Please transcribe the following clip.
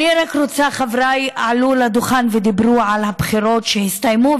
חבריי עלו לדוכן ודיברו על הבחירות שהסתיימו,